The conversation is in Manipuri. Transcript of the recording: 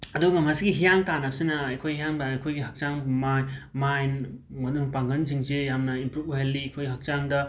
ꯑꯗꯨꯒ ꯃꯁꯤꯒꯤ ꯍꯤꯌꯥꯡ ꯇꯥꯟꯅꯕꯁꯤꯅ ꯑꯩꯈꯣꯏ ꯑꯌꯥꯝꯕ ꯑꯩꯈꯣꯏꯒꯤ ꯍꯛꯆꯥꯡ ꯃꯥꯏꯟ ꯃꯥꯏꯟ ꯃꯅꯨꯡ ꯄꯥꯡꯒꯟꯁꯤꯡꯁꯦ ꯌꯥꯝꯅ ꯏꯝꯄ꯭ꯔꯨꯐ ꯑꯣꯏꯍꯜꯂꯤ ꯑꯩꯈꯣꯏ ꯍꯛꯆꯥꯡꯗ